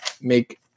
make